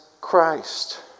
Christ